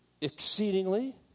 exceedingly